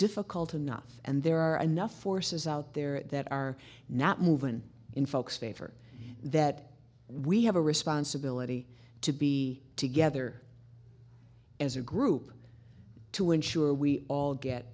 difficult enough and there are enough forces out there that are not moving in folks favor that we have a responsibility to be together as a group to ensure we all get